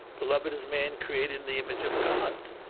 beloved is man created in the image of god.